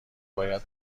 باید